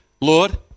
Lord